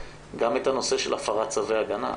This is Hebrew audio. גם את הנושא של הפרת צווי הגנה?